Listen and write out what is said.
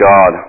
God